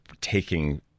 taking